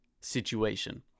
situation